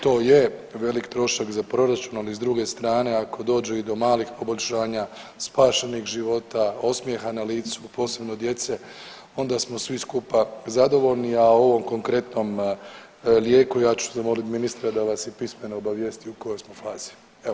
To je velik trošak za proračun, ali s druge strane ako dođe i do malih poboljšanja spašenih života, osmjeha na licu posebno djece onda smo svi skupa zadovoljni, a o ovom konkretnom lijeku ja ću zamoliti ministra da vas i pismeno obavijesti u kojoj smo fazi.